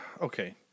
Okay